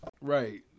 Right